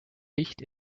licht